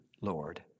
Lord